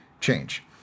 Change